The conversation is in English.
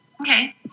Okay